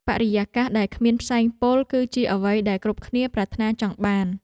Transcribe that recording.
បរិយាកាសដែលគ្មានផ្សែងពុល គឺជាអ្វីដែលគ្រប់គ្នាប្រាថ្នាចង់បាន។